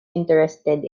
interested